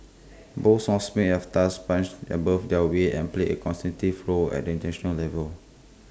both songs may have thus punched above their weight and played A role at International level